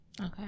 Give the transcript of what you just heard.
Okay